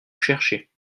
chercher